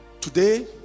Today